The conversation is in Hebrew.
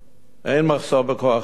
אין מחסור בכוח-אדם.